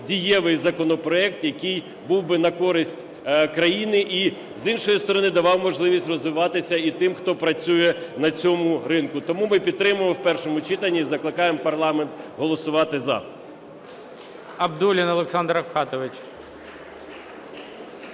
дієвий законопроект, який був би на користь країни, і з іншої сторони, давав можливість розвиватися і тим, хто працює на цьому ринку. Тому ми підтримуємо в першому читанні і закликаємо парламент голосувати "за".